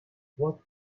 what